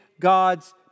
God's